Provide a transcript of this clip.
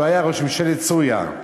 שהיה ראש ממשלת סוריה: